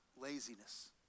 laziness